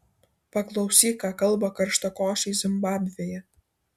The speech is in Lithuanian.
paklausyk ką kalba karštakošiai zimbabvėje